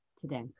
today